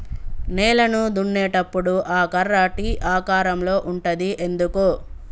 నేలను దున్నేటప్పుడు ఆ కర్ర టీ ఆకారం లో ఉంటది ఎందుకు?